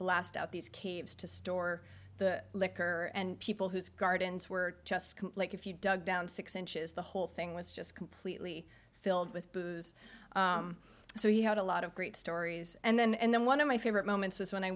blast out these caves to store the liquor and people whose gardens were just like if you dug down six inches the whole thing was just completely filled with booze so he had a lot of great stories and then and then one of my favorite moments was when i